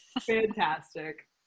Fantastic